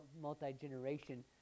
multi-generation